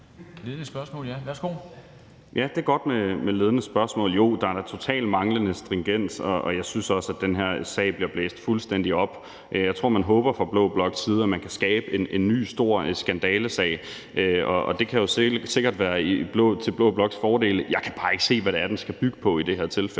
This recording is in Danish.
Det er godt med ledende spørgsmål. Jo, der er da totalt manglende stringens, og jeg synes også, at den her sag bliver blæst fuldstændig op. Jeg tror, at man fra blå bloks side håber, at man kan skabe en ny stor skandalesag, og det kan jo sikkert være til blå bloks fordel. Jeg kan bare ikke se, hvad det er, den skal bygge på i det her tilfælde.